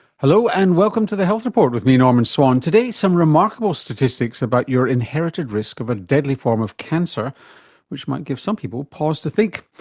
hello, and welcome to the health report, with me, norman swan. today some remarkable statistics about your inherited risk of a deadly form of cancer which might give some people pause to think.